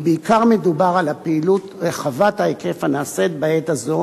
ובעיקר מדובר על הפעילות רחבת ההיקף הנעשית בעת הזאת